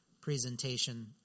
presentation